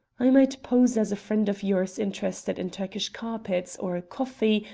i might pose as a friend of yours interested in turkish carpets, or coffee,